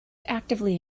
actively